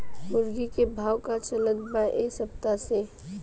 मुर्गा के भाव का चलत बा एक सप्ताह से?